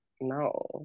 no